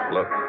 Look